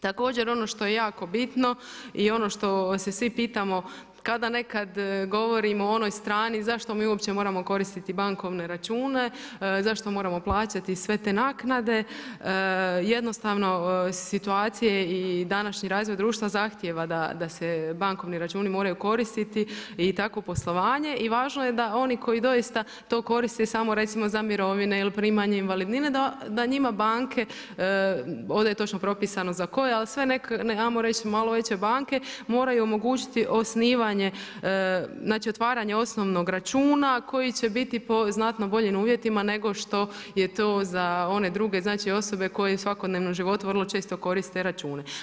Također, ono što je jako bitno i ono što se svi pitamo kada nekad govorimo o onoj strani zašto mi uopće moramo koristiti bankovne račune, zašto moramo plaćati sve te naknade, jednostavno situacije i današnji razvoj društva zahtjeva da se bankovni računi moraju koristiti i tako poslovanje i važno je da oni koji doista to koriste i samo recimo za mirovine ili primanje invalidnine, da njima banke, ovdje je točno propisano za koje, ali sve neke ajmo reći malo veće banke moraju omogućiti osnivanje, znači otvaranje osnovnog računa koji će biti po znatno boljim uvjetima nego što je to za one druge znači osobe koje u svakodnevnom životu vrlo žesto koriste račune.